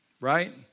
right